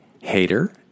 hater